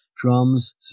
Drums